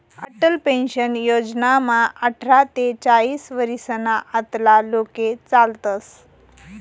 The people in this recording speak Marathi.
अटल पेन्शन योजनामा आठरा ते चाईस वरीसना आतला लोके चालतस